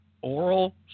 oral